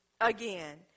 again